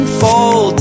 fall